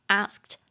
asked